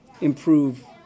improve